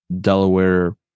Delaware